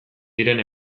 diren